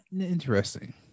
interesting